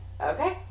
Okay